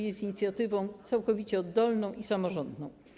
Jest inicjatywą całkowicie oddolną i samorządną.